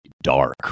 dark